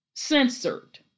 Censored